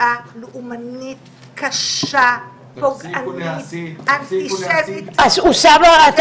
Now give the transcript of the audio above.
פשיעה לאומנית קשה, פוגענית, אנטישמית.